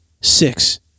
Six